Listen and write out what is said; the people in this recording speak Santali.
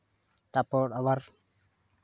ᱛᱟᱨᱯᱚᱨ ᱟᱵᱟᱨ